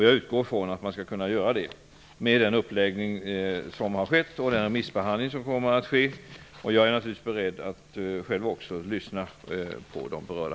Jag utgår från att man skall kunna göra det, med den uppläggning som finns och den remissbehandling som kommer att ske. Jag är naturligtvis beredd att också själv lyssna på de berörda.